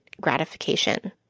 gratification